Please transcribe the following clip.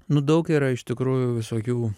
nu daug yra iš tikrųjų visokių